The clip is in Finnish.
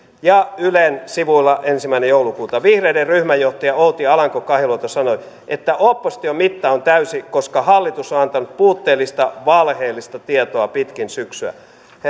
ja ylen sivuilla ensimmäinen joulukuuta vihreiden ryhmänjohtaja outi alanko kahiluoto sanoi että opposition mitta on täysi koska hallitus on antanut puutteellista valheellista tietoa pitkin syksyä